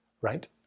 right